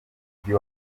mujyi